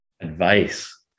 advice